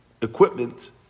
equipment